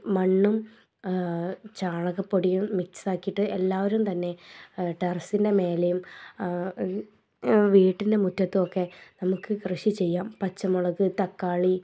മണ്ണും ചാണകപ്പൊടിയും മിക്സാക്കിയിട്ട് എല്ലാവരും തന്നെ ട്ടറസിൻ്റെ മേലേം എൽ വീട്ടിൻ്റെ മുറ്റത്തൊക്കെ നമുക്ക് കൃഷി ചെയ്യാം പച്ചമുളക് തക്കാളി